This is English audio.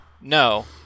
no